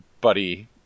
buddy